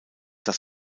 dass